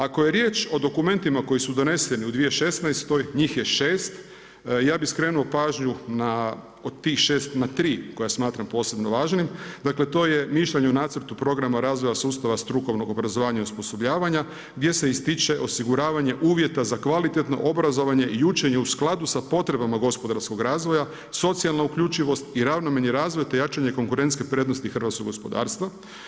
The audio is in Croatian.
Ako je riječ o dokumentima koji su doneseni u 2016., njih je 6, ja bi skrenuo pažnju od tih 6 na 3 koje smatram posebno važnim, dakle to je mišljenje o nacrtu programa razvoja sustava strukovnog obrazovanja i osposobljavanja gdje se ističe osiguravanje uvjeta za kvalitetno obrazovanje i učenje u skladu sa potrebama gospodarskog razvoja, socijalna uključivost i ravnomjerni razvoj te jačanje konkurentske prednosti hrvatskog gospodarstva.